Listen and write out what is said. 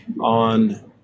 on